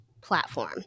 platform